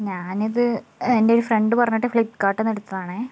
ഞാൻ ഇത് എൻ്റെ ഒരു ഫ്രണ്ട് പറഞ്ഞിട്ട് ഫ്ലിപ്പ്കാർട്ടിൽ നിന്ന് എടുത്തതാണ്